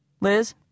Liz